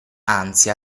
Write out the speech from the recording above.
anzi